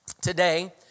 today